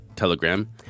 Telegram